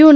you